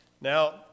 Now